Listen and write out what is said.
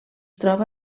troba